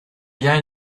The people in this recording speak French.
bien